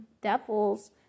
devils